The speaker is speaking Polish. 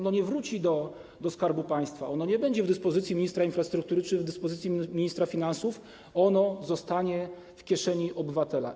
Nie wróci do Skarbu Państwa, nie będzie w dyspozycji ministra infrastruktury czy w dyspozycji ministra finansów, zostanie w kieszeni obywatela.